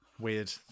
Weird